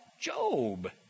Job